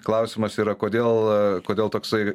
klausimas yra kodėl kodėl toksai